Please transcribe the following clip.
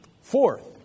Fourth